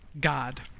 God